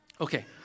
Okay